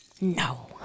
No